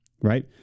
right